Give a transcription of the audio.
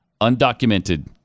undocumented